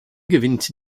gewinnt